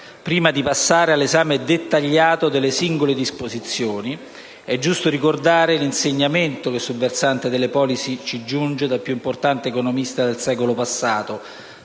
Prima di passare all'esame dettagliato delle singole disposizioni è giusto ricordare l'insegnamento che, sul versante delle *policy*, ci giunge dal più importante economista del secolo passato,